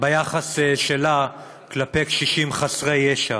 ביחס שלה כלפי קשישים חסרי ישע.